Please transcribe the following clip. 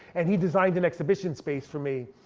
and he designed an exhibition space for me.